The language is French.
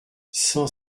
cent